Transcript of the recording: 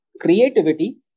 creativity